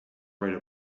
write